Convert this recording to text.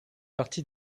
partie